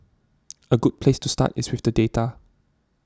a good place to start is with the data